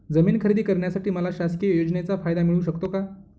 जमीन खरेदी करण्यासाठी मला शासकीय योजनेचा फायदा मिळू शकतो का?